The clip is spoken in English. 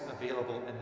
available